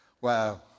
Wow